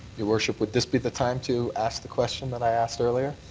your worship, would this be the time to ask the question that i asked earlier?